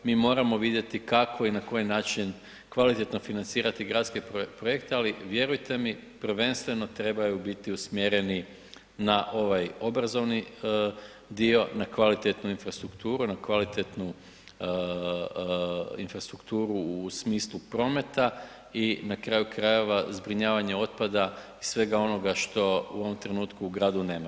Mi moramo vidjeti kako i na koji način kvalitetno financirati gradske projekte ali vjerujte mi prvenstveno trebaju biti usmjereni na ovaj obrazovni dio, na kvalitetnu infrastrukturu, na kvalitetnu infrastrukturu u smislu prometa i na kraju krajeva zbrinjavanje otpada i svega onoga što u ovom trenutku u gradu nema.